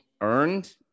earned